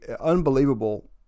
unbelievable